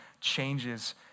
changes